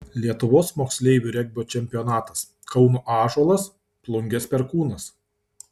lietuvos moksleivių regbio čempionatas kauno ąžuolas plungės perkūnas